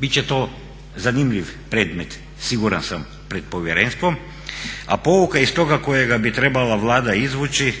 Bit će to zanimljiv predmet, siguran sam, pred povjerenstvom a pouka iz toga koju bi trebala Vlada izvući